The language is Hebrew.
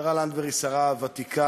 השרה לנדבר היא שרה ותיקה,